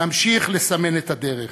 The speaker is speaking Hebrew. נמשיך לסמן את הדרך.